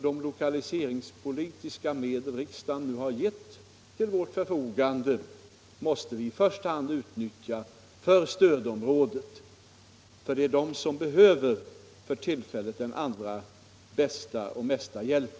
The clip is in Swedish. De lokaliseringspolitiska medel som riksdagen har ställt till vårt förfogande måste vi i första hand utnyttja inom stödområdet, som för tillfället bäst behöver hjälp.